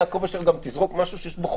יעקב אשר, גם תזרוק משהו שיש בו חכמה.